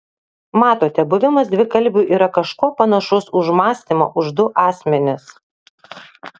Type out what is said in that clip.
matote buvimas dvikalbiu yra kažkuo panašus už mąstymą už du asmenis